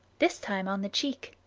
this time on the cheek.